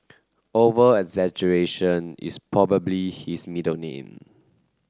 over exaggeration is probably his middle name